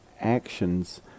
actions